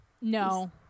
No